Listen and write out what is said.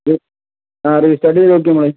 ആ റീസ്റ്റാർട്ട് ചെയ്ത് നോക്കി ഞങ്ങൾ